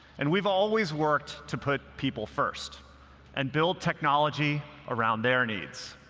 and we've always worked to put people first and build technology around their needs.